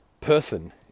person